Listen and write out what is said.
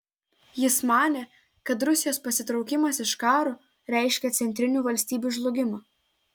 jis manė kad rusijos pasitraukimas iš karo reiškia centrinių valstybių žlugimą